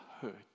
hurt